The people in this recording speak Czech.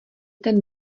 ten